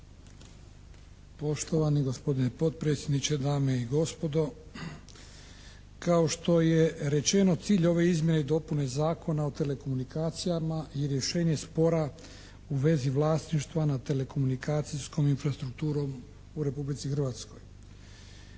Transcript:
Poštovani gospodine potpredsjedniče, dame i gospodo. Kao što je rečeno cilj ove izmjene i dopune Zakona o telekomunikacijama je rješenje spora u vezi vlasništva nad telekomunikacijskom infrastrukturom u Republici Hrvatskoj.